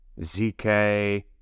ZK